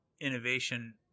innovation